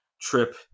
trip